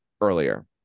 earlier